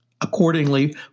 Accordingly